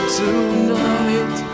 tonight